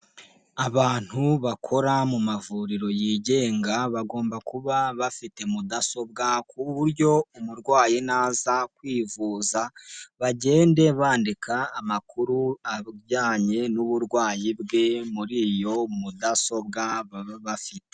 Abantu bakora mu mavuriro yigenga bagomba kuba bafite mudasobwa ku buryo umurwayi naza kwivuza bagende bandika amakuru ajyanye n'uburwayi bwe, muri iyo mudasobwa baba bafite.